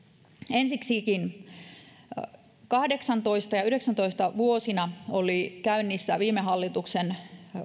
ensiksikin vuosina kahdeksantoista viiva yhdeksäntoista oli käynnissä viime hallituksen